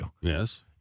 Yes